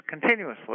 continuously